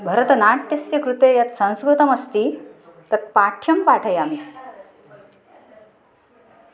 भरतनाट्यस्य कृते यत् संस्कृतमस्ति तत् पाठ्यं पाठयामि